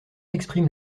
exprime